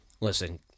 listen